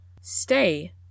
stay